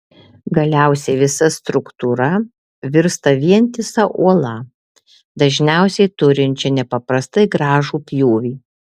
galiausiai visa struktūra virsta vientisa uola dažniausiai turinčia nepaprastai gražų pjūvį